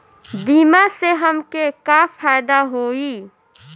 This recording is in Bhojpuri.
बीमा से हमके का फायदा होई?